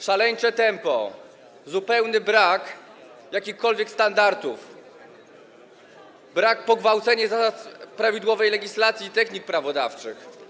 Szaleńcze tempo, zupełny brak jakichkolwiek standardów, brak, pogwałcenie zasad prawidłowej legislacji i technik prawodawczych.